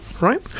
Right